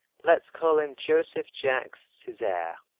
let's call him joseph jacques cesaire.